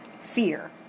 fear